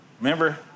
Remember